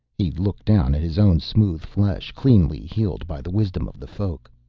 he looked down at his own smooth flesh, cleanly healed by the wisdom of the folk.